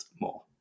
more